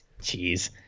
Jeez